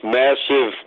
massive